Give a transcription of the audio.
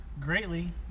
greatly